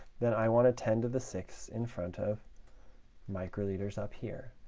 then i want a ten to the six in front of microliters up here.